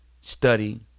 Study